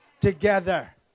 together